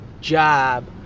job